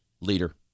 Leader